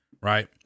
Right